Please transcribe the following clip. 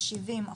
ל-70%,